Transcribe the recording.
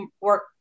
work